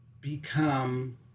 become